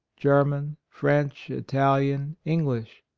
german, french, italian, english.